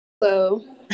Hello